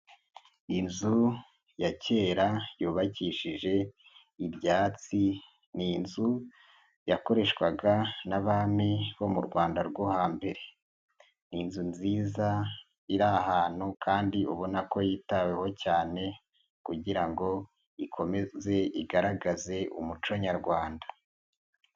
Inzu ya kera yubakishije ibyatsi, ni inzu yakoreshwaga n'abami bo mu rwanda rwo hambere. Ni inzu nziza iri ahantu kandi ubona ko yitaweho cyane, kugira ngo ikomeze igaragaze umuco nyarwanda.